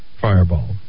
fireball